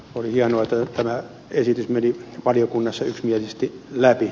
oli hienoa että tämä esitys meni valiokunnassa yksimielisesti läpi